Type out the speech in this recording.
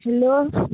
hello